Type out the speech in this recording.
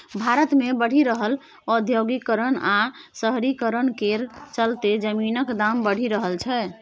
भारत मे बढ़ि रहल औद्योगीकरण आ शहरीकरण केर चलते जमीनक दाम बढ़ि रहल छै